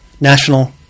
national